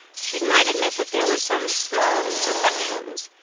she might admit that there were some small imperfections,